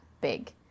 big